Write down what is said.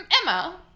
Emma